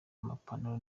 amapantaro